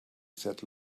sat